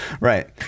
Right